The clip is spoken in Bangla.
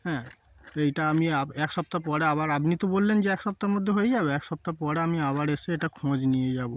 হ্যাঁ এইটা আমি এক সপ্তাহ পরে আবার আপনি তো বললেন যে এক সপ্তাহ মধ্যে হয়ে যাবে এক সপ্তাহ পরে আমি আবার এসে এটা খোঁজ নিয়ে যাব